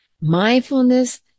Mindfulness